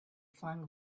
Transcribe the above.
flung